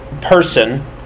person